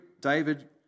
David